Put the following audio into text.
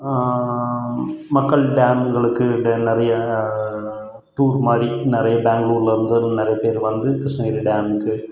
மக்கள் டேம்களுக்கு நிறைய டூர் மாதிரி நிறைய பெங்ளூர்லிருந்து நிறைய பேர் வந்து கிருஷ்ணகிரி டேமுக்கு